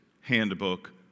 handbook